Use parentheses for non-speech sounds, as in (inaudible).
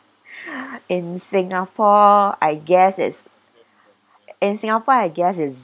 (breath) in singapore I guess it's in singapore I guess it's